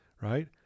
right